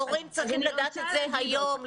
המורים צריכים לדעת את זה היום,